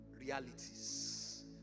realities